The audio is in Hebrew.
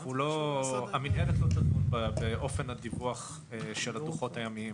אבל המינהלת לא תדון באופן הדיווח של הדוחות הימיים.